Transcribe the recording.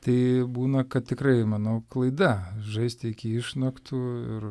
tai būna kad tikrai manau klaida žaisti iki išnaktų ir